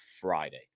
Friday